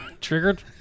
Triggered